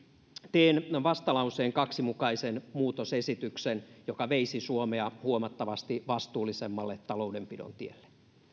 teen vastalauseen kahden mukaisen muutosesityksen joka veisi suomea huomattavasti vastuullisemmalle taloudenpidon tielle